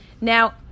Now